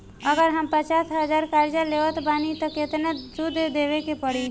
अगर हम पचास हज़ार कर्जा लेवत बानी त केतना सूद देवे के पड़ी?